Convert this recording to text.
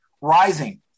rising